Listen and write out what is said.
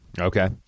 okay